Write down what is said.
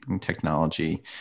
technology